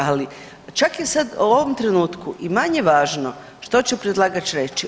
Ali čak je sad u ovom trenutku i manje važno što će predlagač reći.